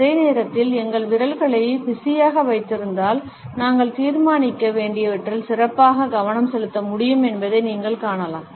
அதே நேரத்தில் எங்கள் விரல்களை பிஸியாக வைத்திருந்தால் நாங்கள் தீர்மானிக்க வேண்டியவற்றில் சிறப்பாக கவனம் செலுத்த முடியும் என்பதை நீங்கள் காணலாம்